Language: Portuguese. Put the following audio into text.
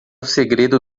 segredo